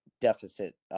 deficit